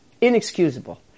inexcusable